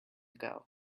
ago